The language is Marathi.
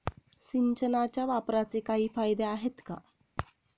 सिंचनाच्या वापराचे काही फायदे आहेत का?